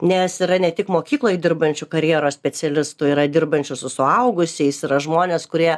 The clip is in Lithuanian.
nes yra ne tik mokykloj dirbančių karjeros specialistų yra dirbančių su suaugusiais yra žmonės kurie